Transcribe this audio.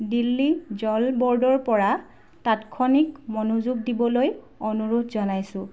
দিল্লী জল ব'ৰ্ডৰ পৰা তাৎক্ষণিক মনোযোগ দিবলৈ অনুৰোধ জনাইছো